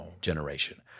generation